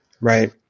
Right